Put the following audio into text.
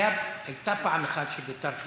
הייתה פעם אחת שוויתרת.